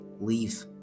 leave